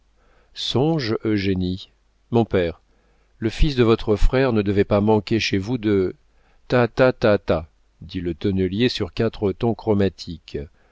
contrarier songe eugénie mon père le fils de votre frère ne devait pas manquer chez vous de ta ta ta ta dit le tonnelier sur quatre tons chromatiques